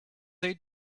they